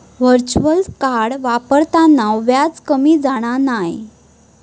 virtual card वापरताना व्याज कमी जाणा नाय